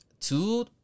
two